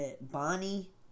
Bonnie